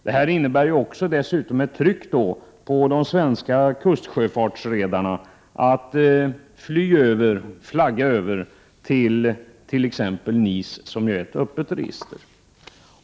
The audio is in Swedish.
Det innebär dessutom ett tryck på de svenska kustsjöfartsredarna att flagga över till t.ex. NIS, som ju är ett öppet register.